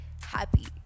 happy